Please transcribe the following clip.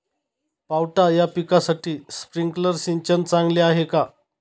पावटा या पिकासाठी स्प्रिंकलर सिंचन चांगले आहे का?